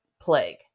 plague